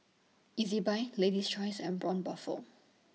Ezbuy Lady's Choice and Braun Buffel